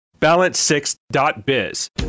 Balance6.biz